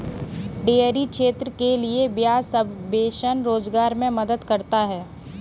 dairy क्षेत्र के लिये ब्याज सबवेंशन रोजगार मे मदद करता है